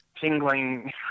tingling